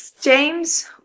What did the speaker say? james